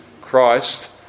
Christ